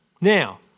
Now